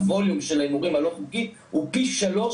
הווליום של ההימורים הלא חוקיים הוא פי שלוש